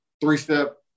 three-step